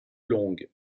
longue